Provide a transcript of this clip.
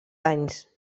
anys